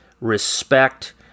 respect